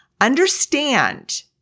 understand